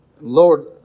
Lord